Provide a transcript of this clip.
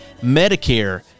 Medicare